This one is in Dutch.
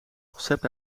concept